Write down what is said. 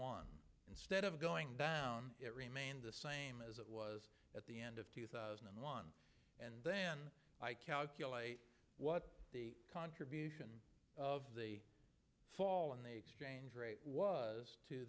one instead of going down it remained the same as it was at the end of two thousand and one and then calculate what the contribution of the fall in the exchange rate was to